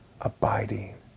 abiding